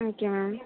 okay ma'am